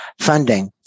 funding